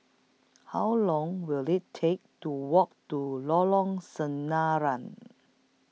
How Long Will IT Take to Walk to Lorong Sinaran